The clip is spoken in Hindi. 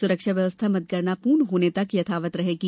सुरक्षा व्यवस्था मतगणना पूर्ण होने तक यथावत रहेगी